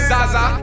Zaza